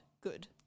good